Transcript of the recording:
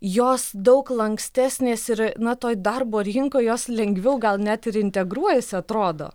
jos daug lankstesnės ir na toj darbo rinkoj jos lengviau gal net ir integruojasi atrodo